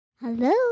hello